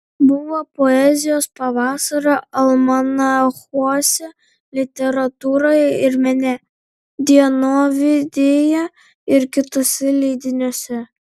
buvo poezijos pavasario almanachuose literatūroje ir mene dienovidyje ir kituose leidiniuose